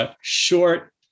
short